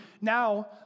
Now